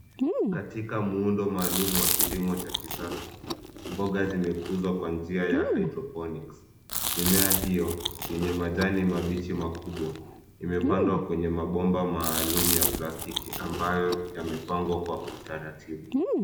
Katika muundo maalum wa kilimo cha kisasa, mboga zimekuzwa kwa njia ya hydroponics . Mimea hiyo, yenye majani mabichi makubwa, imepandwa kwenye mabomba maalum ya plastiki ambayo yamepangwa kwa utaratibu.